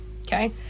Okay